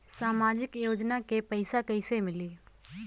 सामाजिक योजना के पैसा कइसे मिली?